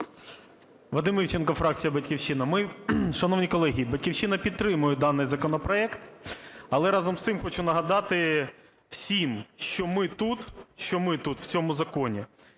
Вадим Івченко, фракція "Батьківщина". Ми, шановні колеги, "Батьківщина" підтримує даний законопроект. Але разом з тим хочу нагадати всім, що ми тут в цьому законі,